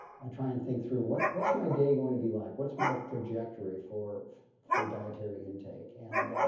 i try and think through, what's what's my day going to be like? what's my trajectory for for dietary intake? and